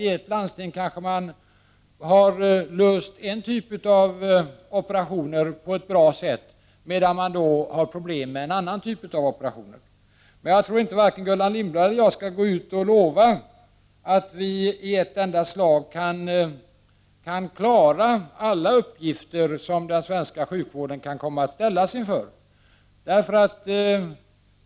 I ett landsting har man kanske klarat en typ av operationer på ett bra sätt, medan man har problem med en annan typ av operationer. Men jag tror inte att vare sig Gullan Lindblad eller jag skall gå ut och lova att vi i ett enda slag kan klara alla uppgifter som den svenska sjukvården kan komma att ställas inför.